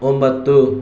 ಒಂಬತ್ತು